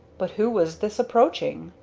but who was this approaching?